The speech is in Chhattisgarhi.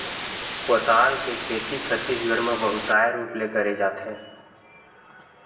पताल के खेती छत्तीसगढ़ म बहुताय रूप ले करे जाथे